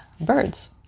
birds